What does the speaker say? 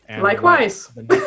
likewise